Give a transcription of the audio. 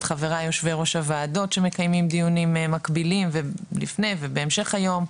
את חבריי יושב ראש הוועדות שמקיימים דיונים מקבילים לפני ובהמשך היום,